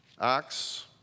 Acts